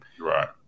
Right